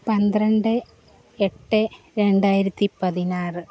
പന്ത്രണ്ട് എട്ട് രണ്ടായിരത്തി പതിനാറ്